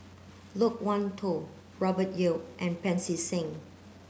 Loke Wan Tho Robert Yeo and Pancy Seng